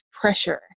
pressure